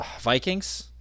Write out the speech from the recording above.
Vikings